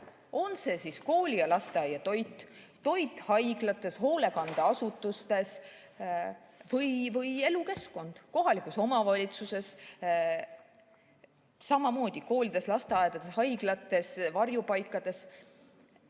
on see siis kooli‑ või lasteaiatoit, toit haiglates või hoolekandeasutustes või elukeskkond kohalikus omavalitsuses, samamoodi koolides, lasteaedades, haiglates, varjupaikades